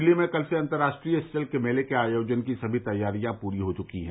दिल्ली में कल से अंतर्राष्टीय सिल्क मेले के आयोजन की सभी तैयारियां परी हो चकी हैं